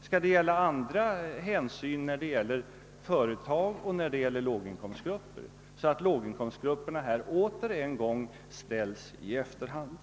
Skall det gälla olika hänsynstaganden till företag och till låginkomstgrupper, så att låglönegrupperna åter sätts i efterhand?